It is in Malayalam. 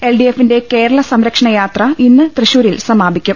എൽഡിഎഫിന്റെ കേരള സംരക്ഷണയാത്ര ഇന്ന് തൃശൂരിൽ സമാപിക്കും